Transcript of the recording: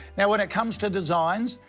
now, when it comes to designs,